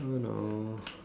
I don't know